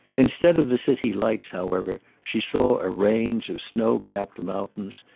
instead of the city lights, however, she saw a range of snow-capped mountains,